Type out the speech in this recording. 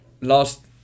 last